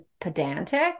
pedantic